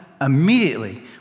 immediately